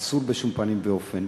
אסור בשום פנים ואופן.